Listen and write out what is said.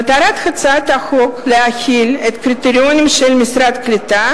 מטרת הצעת החוק היא להחיל את הקריטריונים של משרד הקליטה